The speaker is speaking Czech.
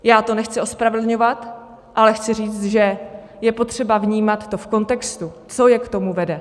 Já to nechci ospravedlňovat, ale chci říct, že je potřeba vnímat to v kontextu, co je k tomu vede.